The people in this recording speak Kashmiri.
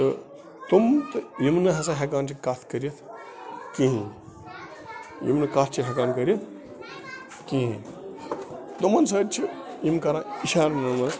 تہٕ تِم تہٕ یِم نہٕ ہَسا ہٮ۪کان چھِ کَتھ کٔرِتھ کِہیٖنۍ یِم نہٕ کَتھ چھِ ہٮ۪کان کٔرِتھ کِہیٖنۍ تِمَن سۭتۍ چھِ یِم کَران اِشارَن منٛز